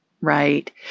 Right